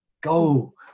go